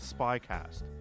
Spycast